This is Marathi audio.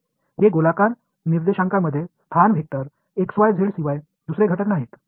हे गोलाकार निर्देशांकामधील स्थान वेक्टर x y z शिवाय दुसरे घटक नाहीत